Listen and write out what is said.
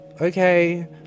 okay